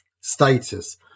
status